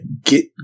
get